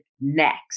next